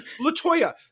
Latoya